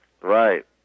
Right